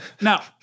Now